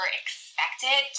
expected